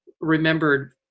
remembered